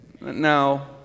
Now